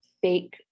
fake